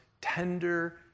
tender